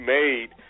made –